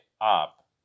up